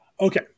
Okay